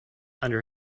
under